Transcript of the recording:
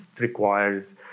requires